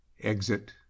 exit